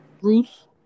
Bruce